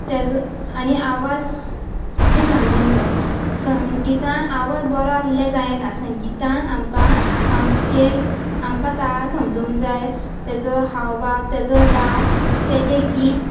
तेचो आनी आवाज बी समजूंक जाय संगीतान आवाज बरो आसल्यार जायना संगीतान आमकां आमचे आमकां ताल समजूंक जाय तेचो हावभाव तेचो रास तेचें गीत